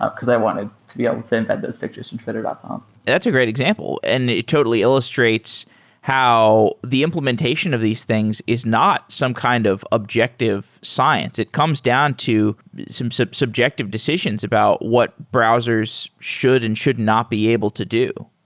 because i wanted to be able to embed those pictures from twitter dot com that's a great example and it totally illustrates how the implementation of these things is not some kind of objective science. it comes down to some so subjective decisions about what browsers should and should not be able to do.